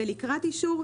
זה לקראת אישור,